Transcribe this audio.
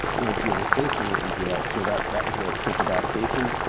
webgl is based on opengl, so that that was a quick adaptation.